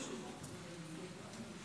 בערבית יש פתגם שאומר: (אומרת בערבית:)